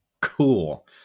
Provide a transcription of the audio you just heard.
cool